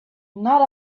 not